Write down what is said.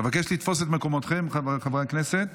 אבקש לתפוס את מקומותיהם, חברי הכנסת.